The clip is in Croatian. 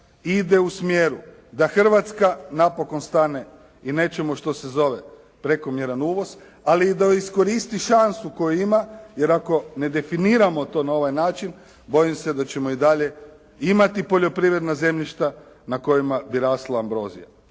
ide u smjeru da Hrvatska napokon stane i nečemu što se zove prekomjeran uvoz ali i da iskoristi šansu koju ima, jer ako ne definiramo to na ovaj način bojimo se da ćemo i dalje imati poljoprivredna zemljišta na kojima bi rasla ambrozija.